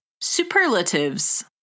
Superlatives